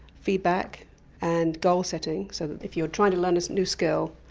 feedback and gold setting so that if you're trying to learn a new skill,